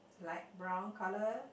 light brown colour